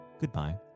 goodbye